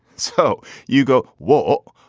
so you go well.